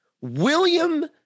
William